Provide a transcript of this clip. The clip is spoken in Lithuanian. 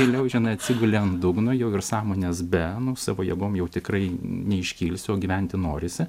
vėliau žinai atsiguli ant dugno jau ir sąmones be nu savo jėgom jau tikrai neiškilsi o gyventi norisi